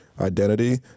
identity